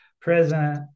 present